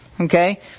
Okay